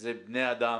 זה בני אדם